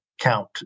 count